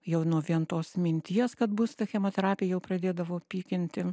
jau nuo vien tos minties kad bus ta chemoterapija jau pradėdavo pykinti